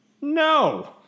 no